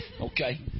Okay